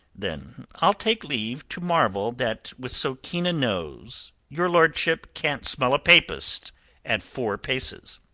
then i'll take leave to marvel that with so keen a nose your lordship can't smell a papist at four paces.